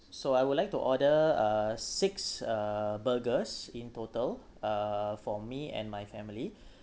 so I would like to order uh six uh burgers in total uh for me and my family